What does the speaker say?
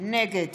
נגד